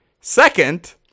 Second